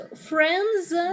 friends